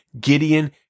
Gideon